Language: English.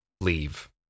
leave